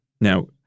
Now